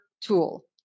tool